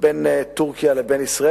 בין טורקיה לבין ישראל.